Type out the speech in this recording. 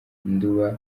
nduba